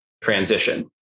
transition